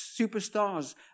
superstars